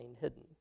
hidden